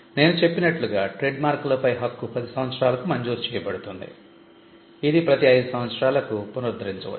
నేను చెప్పినట్లుగా ట్రేడ్మార్క్ లపై హక్కు 10 సంవత్సరాలకు మంజూరు చేయబడుతుంది ఇది ప్రతి 5 సంవత్సరాలకు పునరుద్ధరించవచ్చు